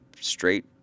straight